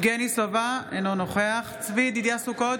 אינו נוכח צבי ידידיה סוכות,